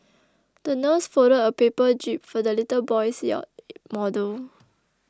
the nurse folded a paper jib for the little boy's yacht model